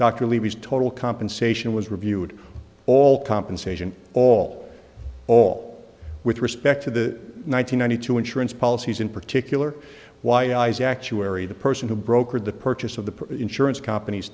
dr levy's total compensation was reviewed all compensation all all with respect to the one thousand nine hundred two insurance policies in particular why is actuary the person who brokered the purchase of the insurance companies